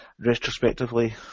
retrospectively